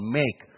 make